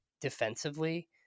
defensively